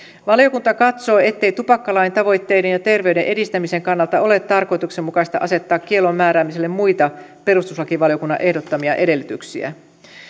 valiokunta katsoo ettei tupakkalain tavoitteiden ja terveyden edistämisen kannalta ole tarkoituksenmukaista asettaa kiellon määräämiselle muita perustuslakivaliokunnan ehdottamia edellytyksiä